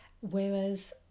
whereas